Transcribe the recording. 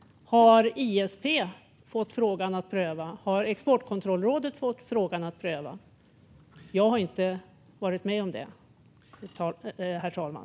Har ISP fått frågan för prövning? Har Exportkontrollrådet fått frågan för prövning? Jag har inte varit med om det, herr talman.